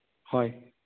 ꯍꯣꯏ